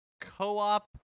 co-op